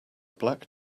black